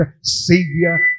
savior